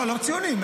לא, לא ציונים.